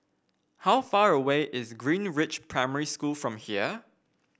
how far away is Greenridge Primary School from here